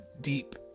deep